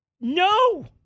no